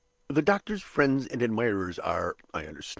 the doctor's friends and admirers are, i understand,